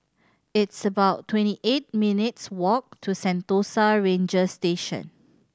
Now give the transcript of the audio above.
it's about twenty eight minutes' walk to Sentosa Ranger Station